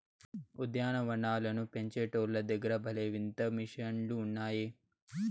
ఉద్యాన వనాలను పెంచేటోల్ల దగ్గర భలే వింత మిషన్లు ఉన్నాయే